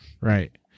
Right